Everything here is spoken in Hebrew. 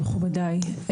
מכובדיי,